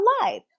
alive